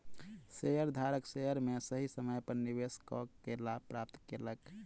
शेयरधारक शेयर में सही समय पर निवेश कअ के लाभ प्राप्त केलक